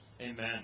Amen